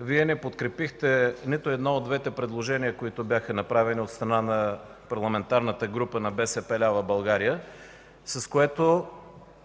Вие не подкрепихте нито едно от двете предложения, които бяха направени от страна на Парламентарната група на БСП лява България, с което